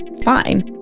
fine